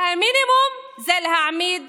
והמינימום זה להעמיד